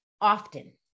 often